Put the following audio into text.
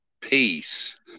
peace